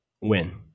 Win